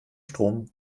strom